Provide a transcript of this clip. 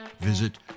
visit